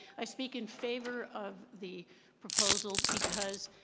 i speak in favor of the proposal, because